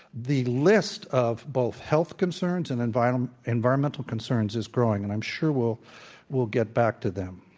the list of both health concerns and environmental environmental concerns is growing. and i'm sure we'll we'll get back to them.